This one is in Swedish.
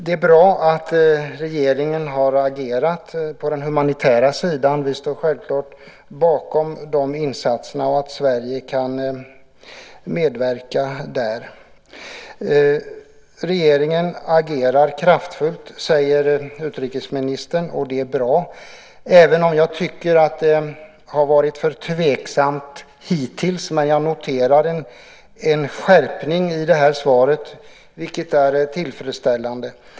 Det är bra att regeringen har agerat på den humanitära sidan. Vi står självklart bakom de insatserna och Sveriges medverkan där. Regeringen agerar kraftfullt, säger utrikesministern. Det är bra, även om jag tycker att det har varit tveksamt hittills. Men jag noterar en skärpning i det här svaret, vilket är tillfredsställande.